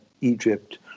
Egypt